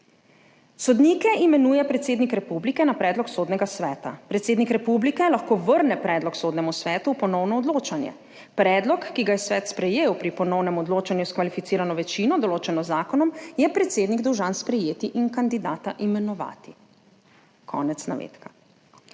»Sodnike imenuje predsednik republike na predlog sodnega sveta. Predsednik republike lahko vrne predlog sodnemu svetu v ponovno odločanje. Predlog, ki ga je svet sprejel pri ponovnem odločanju s kvalificirano večino, določeno z zakonom, je predsednik dolžan sprejeti in kandidata imenovati.« Konec navedka.